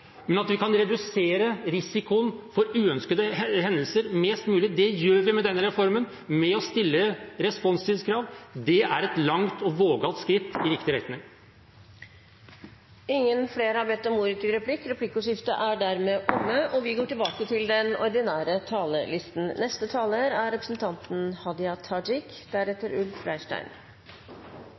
Men vi kan redusere risikoen for uønskede hendelser mest mulig, og det gjør vi med denne reformen, ved å stille responstidskrav. Det er et langt og vågalt skritt i riktig retning. Replikkordskiftet er omme. Nokre saker krev at Stortinget aktivt søkjer einigheit og breitt fleirtal. Dette er ei sånn sak. Ho handlar om tryggleiken til